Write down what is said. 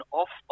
off